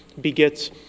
begets